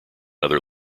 other